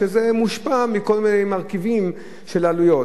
שזה מושפע מכל מיני מרכיבים של עלויות.